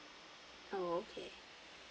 oh okay